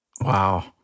Wow